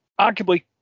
arguably